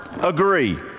agree